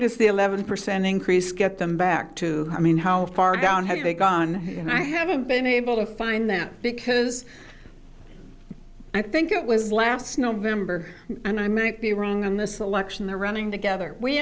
does the eleven percent increase get them back to i mean how far down have they gone and i haven't been able to find them because i think it was last november and i may be wrong on the selection they're running together we